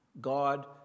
God